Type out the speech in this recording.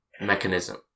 mechanism